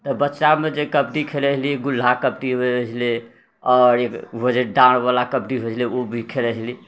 तऽ बच्चामे जे कबड्डी खेलै छलियै गुल्हा कबड्डी होइ छलै आओर एक होइ छलै डाढ़ बला कबड्डी ओ भी खेलै छेलियै